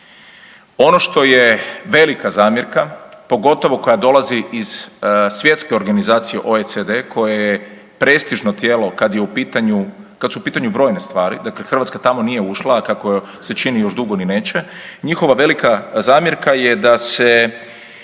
Ono što je velika zamjerka, pogotovo koja dolazi iz svjetske organizacije OECD koja je prestižno tijelo kad je u pitanju, kad su u pitanju brojne stvari, dakle Hrvatska tamo nije ušla, a kako se čini još dugo ni neće, njihova velika zamjerka je da se